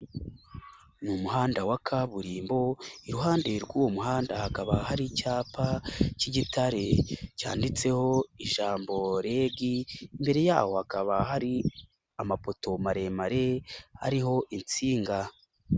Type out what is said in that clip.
Mu muhanda wa kaburimbo iruhande rw'uwo muhanda hakaba hari icyapa k'igitare cyanditseho ijambo Reg, mbere y'aho hakaba hari amapoto maremare ariho insinga.